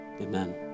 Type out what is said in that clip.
Amen